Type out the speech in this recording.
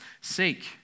sake